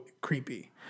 creepy